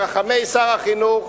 רחמי שר החינוך,